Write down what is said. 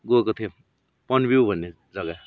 गएको थियौँ पन्बु भन्ने जग्गा